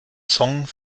song